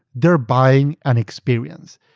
theyaeurre buying an experience.